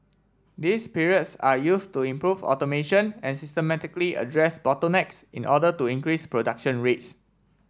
these periods are used to improve automation and systematically address bottlenecks in order to increase production rates